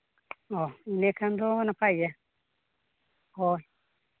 ᱚ ᱮᱸᱰᱮᱠᱷᱟᱱ ᱫᱚ ᱱᱟᱯᱟᱭ ᱜᱮᱭᱟ ᱦᱚᱸ